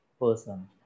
person